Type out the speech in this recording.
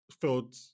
felt